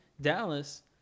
Dallas